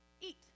eat